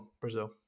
Brazil